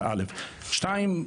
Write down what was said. שנית,